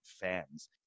fans